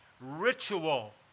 Ritual